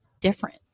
different